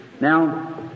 Now